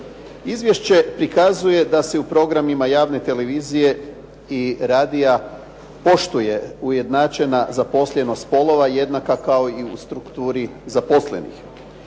Izvješće prikazuje da se u programima javne televizije i radija poštuje ujednačena zaposlenost spolova i jednaka kao i u strukturi zaposlenih.